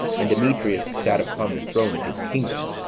and demetrius sat upon the throne of his kingdom